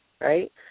right